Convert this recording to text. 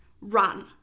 run